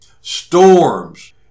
storms